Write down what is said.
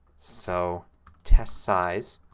so test size.